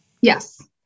Yes